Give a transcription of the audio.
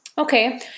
Okay